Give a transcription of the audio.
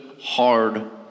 hard